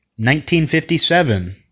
1957